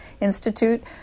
Institute